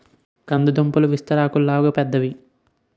కంద దుంపాకులు విస్తరాకుల్లాగా పెద్దవి